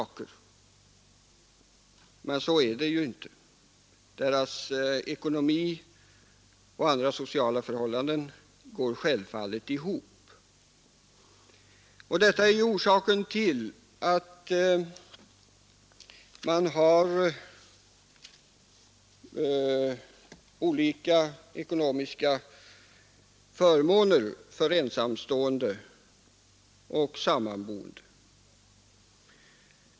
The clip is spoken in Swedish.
Men så är det ju inte. Deras ekonomi och andra sociala förhållanden är gemensamma. Detta är ju orsaken till att man har olika ekonomiska förmåner för ensamstående och sammanboende.